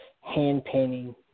hand-painting